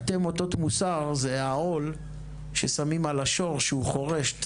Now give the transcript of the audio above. אטה מוטות מוסר זה העול ששמים על השור שהוא חורש.